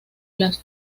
las